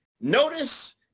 notice